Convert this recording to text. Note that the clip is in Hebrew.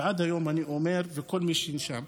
ועד היום אני אומר לכל מי ששאל,